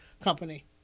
company